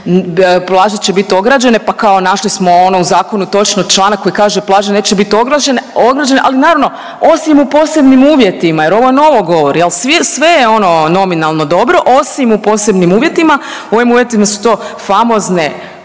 plaže će biti ograđene, pa kao našli smo ono u zakonu točno članak koji kaže, plaže neće biti ograđene, ali naravno, osim u posebnim uvjetima jer ovo novo govori, je li, sve je ono nominalno dobro, osim u posebnim uvjetima, u ovim uvjetima su to famozne